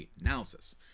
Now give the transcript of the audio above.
analysis